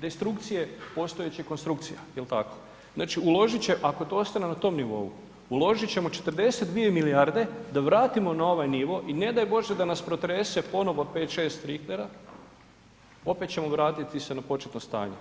destrukcije postojećih konstrukcija jel tako, znači uložit će ako to ostane na tom nivou, uložit ćemo 42 milijarde da vratimo na ovaj nivo i ne daj Bože da nas protrese ponovno 5, 6 Richtera opet ćemo vratiti se na početno stanje.